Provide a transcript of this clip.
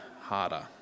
harder